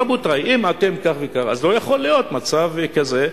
רבותי, אם אתם כך וכך אז לא יכול להיות מצב כזה.